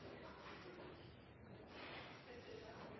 Takk